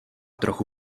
trochu